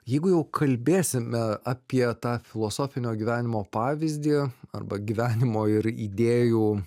jeigu jau kalbėsime apie tą filosofinio gyvenimo pavyzdį arba gyvenimo ir idėjų